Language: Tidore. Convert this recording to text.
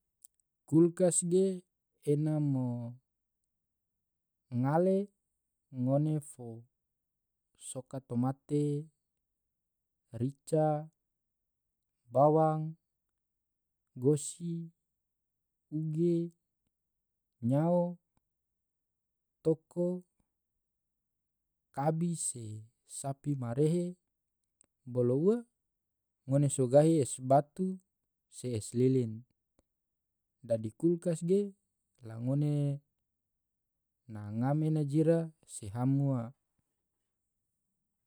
kulkas ge ena ma ngale ngone fo soka tomate, rica, bawang, gosi, uge, nyao, toko, kabi se sapi ma rehe. bolo ua, ngone so gahi es batu se es lilin, dadi kulkas ge la ngone na ngam ena jira se ham ua.